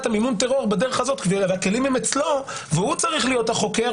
מימון הטרור בדרך הזאת והכלים אצלו הוא צריך להיות את החוקר